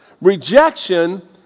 Rejection